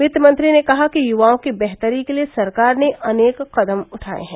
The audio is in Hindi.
वित्तमंत्री ने कहा कि युवाओं की बेहतरी के लिए सरकार ने अनेक कदम उठाए हैं